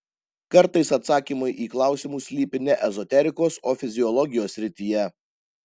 kartais atsakymai į klausimus slypi ne ezoterikos o fiziologijos srityje